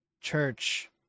church